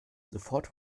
sofort